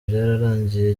byararangiye